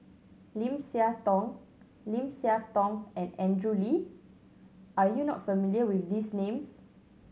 Lim Siah Tong Lim Siah Tong and Andrew Lee are you not familiar with these names